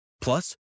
Plus